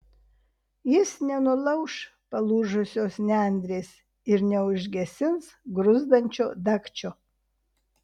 jis nenulauš palūžusios nendrės ir neužgesins gruzdančio dagčio